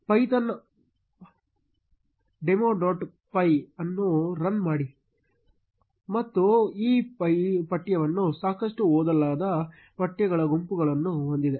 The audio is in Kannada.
Python python demo dot py ಅನ್ನು ರನ್ ಮಾಡಿ ಮತ್ತು ಈ ಪಠ್ಯವು ಸಾಕಷ್ಟು ಓದಲಾಗದ ಪಠ್ಯಗಳ ಗುಂಪನ್ನು ಹೊಂದಿದೆ